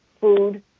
food